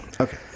Okay